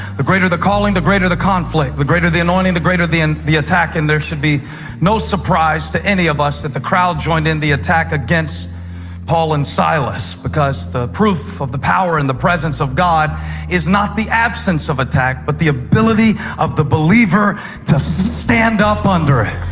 the greater the calling, the greater the conflict. the greater the anointing, the greater the and the attack. and there should be no surprise to any of us that the crowd joined in the attack against paul and silas, because the proof of the power and the presence of god is not the absence of attack but the ability of the believer to stand up under it.